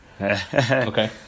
Okay